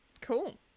Cool